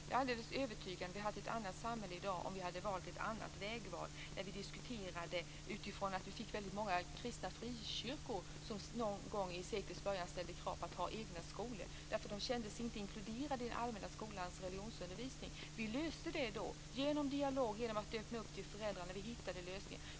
Jag är alldeles övertygad om att vi hade haft ett annat samhälle i dag om vi hade gjort ett annat vägval när vi diskuterade utifrån att vi fick väldigt många kristna frikyrkor som någon gång i seklets början ställde krav på att ha egna skolor därför att de inte kände sig inkluderade i den allmänna skolans religionsundervisning. Vi löste det då genom dialog och genom att öppna upp till föräldrarna. Vi hittade lösningar.